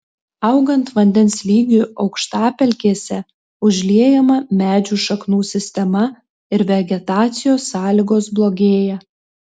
augant vandens lygiui aukštapelkėse užliejama medžių šaknų sistema ir vegetacijos sąlygos blogėja